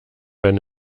wenn